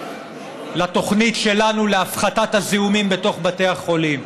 לתוכנית שלנו להפחתת הזיהומים בתוך בתי החולים,